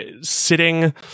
sitting